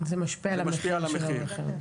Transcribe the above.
זה משפיע על המחיר,